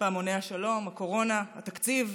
פעמוני השלום, הקורונה, התקציב,